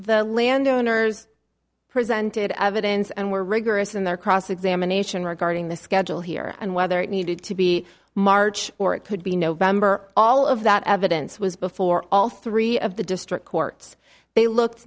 the landowners presented evidence and were rigorous in their cross examination regarding the schedule here and whether it needed to be march or it could be november all of that evidence was before all three of the district courts they looked